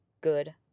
good